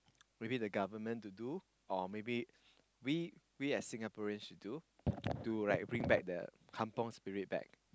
maybe the government to do or maybe we we as Singaporeans should do to like bring back the kampung Spirit back